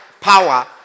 power